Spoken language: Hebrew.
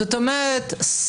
זאת אומרת,